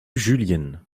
julienne